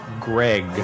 Greg